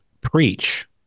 preach